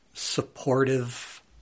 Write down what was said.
supportive